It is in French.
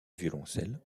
violoncelle